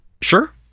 Sure